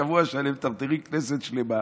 שבוע שלם מטרטרים כנסת שלמה.